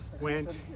went